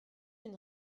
une